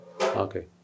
Okay